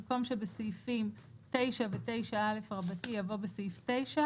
במקום "שבסעיפים 9 ו-9א" יבוא "בסעיף 9"